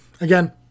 again